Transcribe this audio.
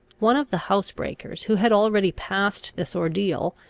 one of the housebreakers, who had already passed this ordeal,